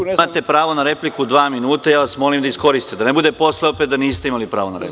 Imate pravo na repliku, dva minuta i ja vas molim da to iskoristite, da ne bude posle opet da niste imali pravo na repliku.